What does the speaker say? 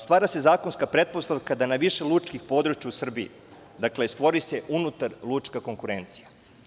Stvara se zakonska pretpostavka da na više lučkih područja u Srbiji, dakle, stvori se unutarlučka konkurencija.